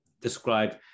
describe